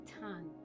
tongue